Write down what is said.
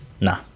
nah